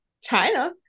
China